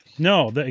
No